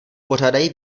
pořádají